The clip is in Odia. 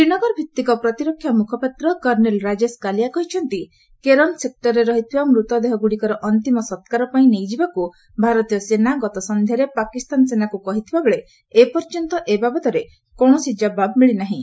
ଶ୍ରୀନଗର ଭିଭିକ ପ୍ରତିରକ୍ଷା ମୁଖପାତ୍ର କର୍ଷେଲ୍ ରାଜେଶ୍ କାଲିଆ କହିଛନ୍ତି କେରନ୍ ସେକ୍ଟର୍ରେ ରହିଥିବା ମୂତଦେହଗୁଡ଼ିକର ଅନ୍ତିମ ସକ୍କାର ପାଇଁ ନେଇଯିବାକୁ ଭାରତୀୟ ସେନା ଗତ ସନ୍ଧ୍ୟାରେ ପାକିସ୍ତାନ ସେନାକୁ କହିଥିବାବେଳେ ଏପର୍ଯ୍ୟନ୍ତ ଏବାବଦରେ କୌଣସି ଜବାବ୍ ମିଳି ନାହିଁ